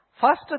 First